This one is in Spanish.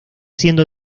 siendo